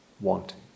wanting